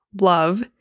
love